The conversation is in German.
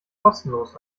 kostenlos